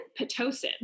pitocin